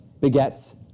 begets